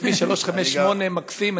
כביש 358 מקסים.